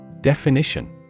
Definition